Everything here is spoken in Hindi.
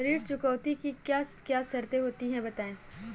ऋण चुकौती की क्या क्या शर्तें होती हैं बताएँ?